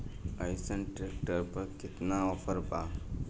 अइसन ट्रैक्टर पर केतना ऑफर बा?